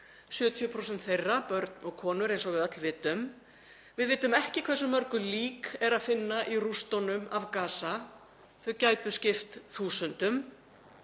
70% þeirra börn og konur, eins og við öll vitum. Við vitum ekki hversu mörg lík er að finna í rústunum af Gaza. Þau gætu skipt þúsundum.